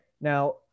Now